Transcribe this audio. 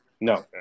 No